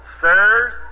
sirs